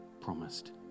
promised